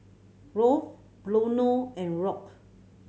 Rolf Bruno and Rock